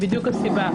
זו הסיבה.